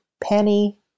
Penny